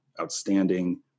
outstanding